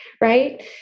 right